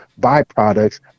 byproducts